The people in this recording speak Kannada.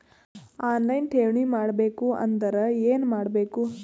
ಆನ್ ಲೈನ್ ಠೇವಣಿ ಮಾಡಬೇಕು ಅಂದರ ಏನ ಮಾಡಬೇಕು?